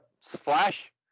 Slash